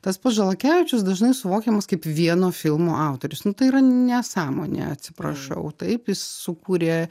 tas pats žalakevičius dažnai suvokiamas kaip vieno filmo autorius nu tai yra nesąmonė atsiprašau taip jis sukūrė